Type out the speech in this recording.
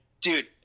dude